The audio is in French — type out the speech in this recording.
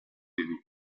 denis